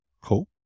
cool